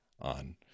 on